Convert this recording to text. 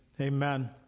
Amen